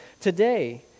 today